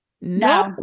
no